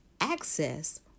access